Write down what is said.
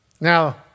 Now